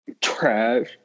Trash